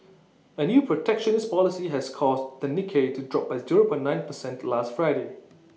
A new protectionist policy has caused the Nikkei to drop by zero point nine percent last Friday